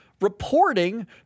reporting